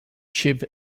shiv